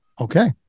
Okay